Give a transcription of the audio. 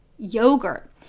yogurt